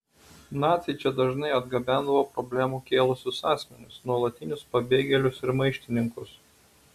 naciai čia dažnai atgabendavo problemų kėlusius asmenis nuolatinius pabėgėlius ir maištininkus